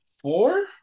four